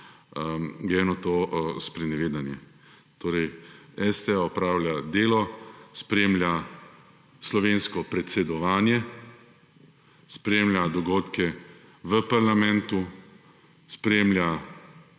je to eno sprenevedanje. Torej STA opravlja delo, spremlja slovensko predsedovanje, spremlja dogodke v parlamentu, spremlja